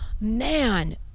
man